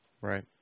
Right